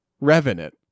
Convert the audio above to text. revenant